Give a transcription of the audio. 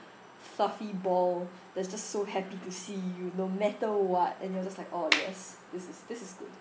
fluffy ball that's just so happy to see you no matter what and you're just like oh yes this is this is good